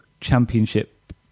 championship